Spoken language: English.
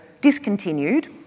discontinued